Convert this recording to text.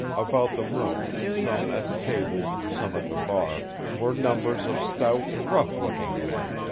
about the room, some at the tables, some at the bar, were numbers of stout, rough-looking men,